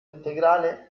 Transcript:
integrale